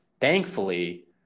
Thankfully